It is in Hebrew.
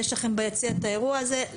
יש לכם ביציע את האירוע הזה,